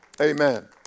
Amen